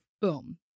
Boom